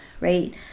right